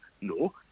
No